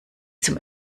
zum